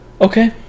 Okay